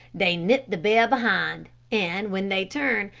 they nip the bear behind, and when they turn,